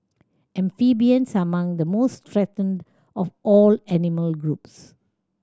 amphibians are among the most threatened of all animal groups